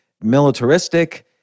militaristic